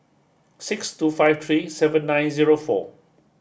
six two five three seven nine zero four